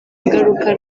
ingaruka